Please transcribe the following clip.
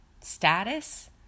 status